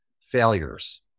failures